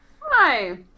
Hi